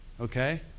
Okay